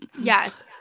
Yes